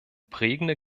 prägende